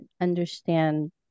understand